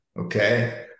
okay